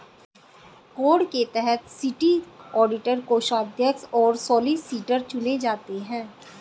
code के तहत city auditor, कोषाध्यक्ष और सॉलिसिटर चुने जाते हैं